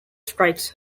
strikes